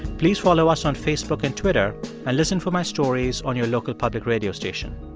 please follow us on facebook and twitter and listen for my stories on your local public radio station.